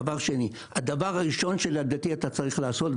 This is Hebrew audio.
הדבר הראשון שלדעתי אתה צריך לעשות,